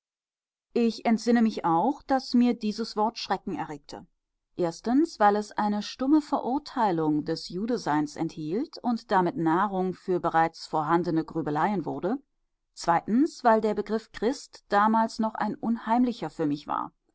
ich entsinne mich auch daß mir dieses wort schrecken erregte erstens weil es eine stumme verurteilung des judeseins enthielt und damit nahrung für bereits vorhandene grübeleien wurde zweitens weil der begriff christ damals noch ein unheimlicher für mich war